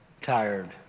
tired